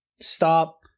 stop